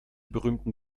berühmten